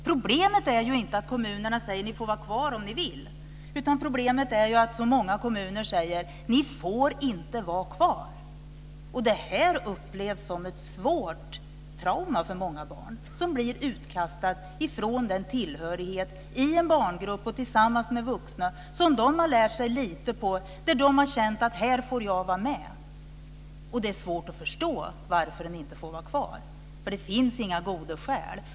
Problemet är inte att kommunerna säger att de får vara kvar om de vill, utan problemet är att så många kommuner säger att de får inte vara kvar. Det här upplevs som ett svårt trauma för många barn som blir utkastade från tillhörigheten i en barngrupp, tillsammans med vuxna som de har lärt sig lita på, och där de har känt att de får vara med. Det är svårt att förstå varför de inte får vara kvar, för det finns inga goda skäl.